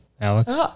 Alex